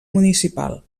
municipal